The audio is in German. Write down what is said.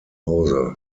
hause